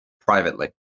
privately